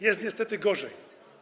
Jest niestety gorzej.